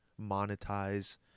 monetize